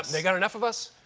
they've got enough of us.